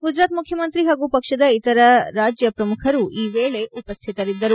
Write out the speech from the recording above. ಗುಜರಾತ್ ಮುಖ್ಯಮಂತ್ರಿ ಹಾಗೂ ಪಕ್ಷದ ಇತರ ರಾಜ್ಯಪ್ರಮುಖರು ಈ ವೇಳೆ ಉಪಸ್ಥಿತರಿದ್ದರು